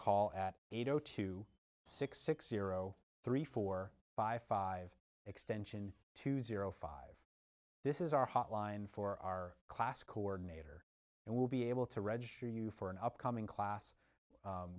call at eight o two six six zero three four five five extension two zero five this is our hotline for our class coordinator and we'll be able to register you for an upcoming class